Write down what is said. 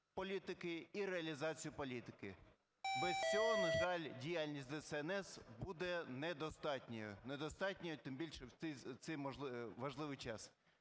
політики і реалізацію політики. Без цього, на жаль, діяльність ДСНС буде недостатньою, недостатньою, тим більше, в цей важливий час.